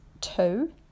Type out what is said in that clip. Two